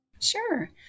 Sure